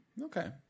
Okay